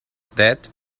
that